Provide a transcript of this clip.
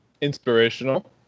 inspirational